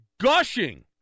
gushing